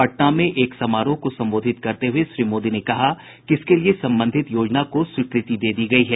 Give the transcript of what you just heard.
पटना में एक समारोह को संबोधित करते हुए श्री मोदी ने कहा कि इसके लिए संबंधित योजना को स्वीकृति दे दी गयी है